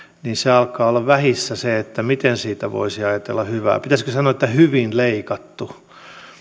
niin alkaa olla vähissä se miten siitä voisi ajatella hyvää pitäisikö sanoa että hyvin leikattu